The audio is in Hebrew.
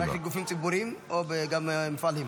זה רק בגופים ציבוריים או גם במפעלים?